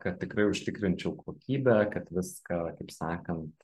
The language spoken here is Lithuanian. kad tikrai užtikrinčiau kokybę kad viską kaip sakant